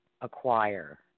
acquire